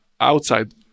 outside